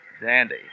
Dandy